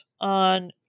on